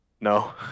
No